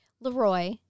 LeRoy